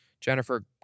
Jennifer